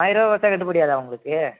ஆயாரருவா கொறைச்சா கட்டுப்படி ஆகாதா உங்களுக்கு